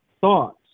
thoughts